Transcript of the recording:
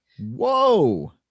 Whoa